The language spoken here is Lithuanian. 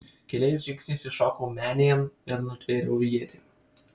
keliais žingsniais įšokau menėn ir nutvėriau ietį